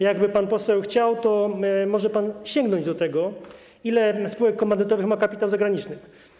Jak pan poseł chce, to może sięgnąć do tego, ile spółek komandytowych ma kapitał zagraniczny.